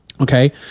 Okay